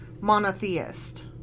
monotheist